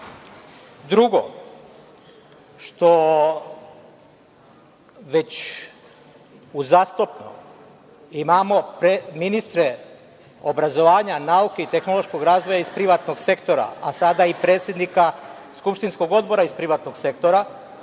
što već uzastopno imamo ministre obrazovanja, nauke i tehnološkog razvoja iz privatnog sektora, a sada i predsednika skupštinskog odbora iz privatnog sektora.